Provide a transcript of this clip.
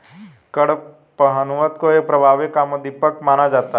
कडपहनुत को एक प्रभावी कामोद्दीपक माना जाता है